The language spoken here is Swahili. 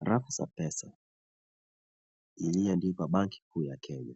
Rafu za pesa iliyoandikwa benki kuu ya Kenya